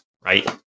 right